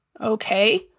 okay